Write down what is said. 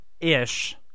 ish